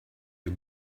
you